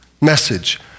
message